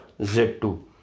Z2